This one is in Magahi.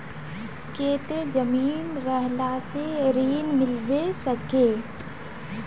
केते जमीन रहला से ऋण मिलबे सके है?